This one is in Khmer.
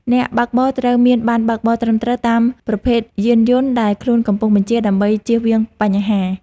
អ្នកបើកបរត្រូវមានប័ណ្ណបើកបរត្រឹមត្រូវតាមប្រភេទយានយន្តដែលខ្លួនកំពុងបញ្ជា ដើម្បីចៀសវាងបញ្ហា។